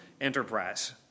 enterprise